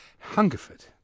Hungerford